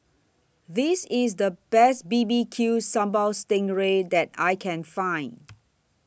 This IS The Best B B Q Sambal Sting Ray that I Can Find